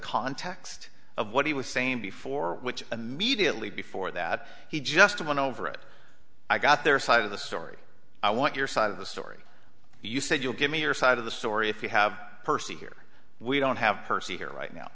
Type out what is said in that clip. context of what he was saying before which immediately before that he just went over it i got their side of the story i want your side of the story you said you'll give me your side of the story if you have percy here we don't have percy here right now